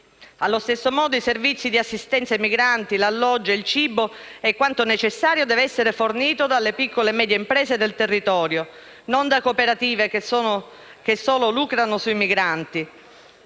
Allo stesso modo i servizi di assistenza ai migranti, l'alloggio, il cibo e quanto necessario devono essere forniti dalle piccole e medie imprese del territorio, non da cooperative che solo lucrano sui migranti.